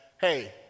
hey